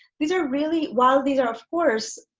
these are really. while these are of course